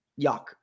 yuck